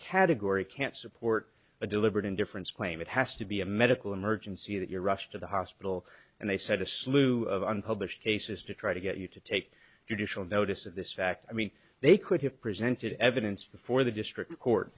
category can't support a deliberate indifference claim it has to be a medical emergency that you're rushed to the hospital and they set a slew of unpublished cases to try to get you to take judicial notice of this fact i mean they could have presented evidence before the district